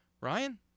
Ryan